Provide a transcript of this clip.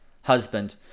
husband